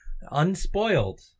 Unspoiled